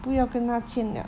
不要跟它签了